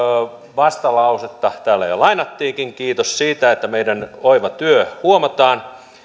vastalausetta täällä jo lainattiinkin kiitos siitä että meidän oiva työmme huomataan